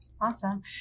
Awesome